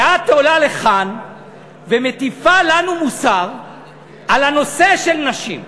ואת עולה לכאן ומטיפה לנו מוסר על הנושא של נשים.